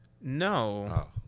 No